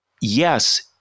yes